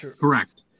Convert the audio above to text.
Correct